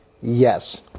yes